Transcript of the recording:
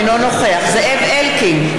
אינו נכח זאב אלקין,